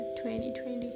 2020